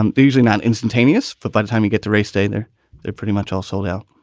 um these are not instantaneous. but by the time you get to race day, they're they're pretty much all sold out